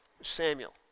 samuel